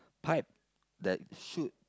pipe that shoot